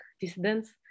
dissidents